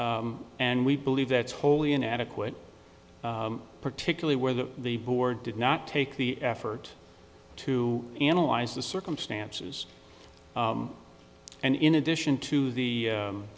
and we believe that's wholly inadequate particularly where the the board did not take the effort to analyze the circumstances and in addition to the